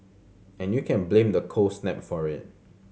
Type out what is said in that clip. and you can blame the cold snap for it